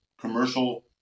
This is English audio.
commercial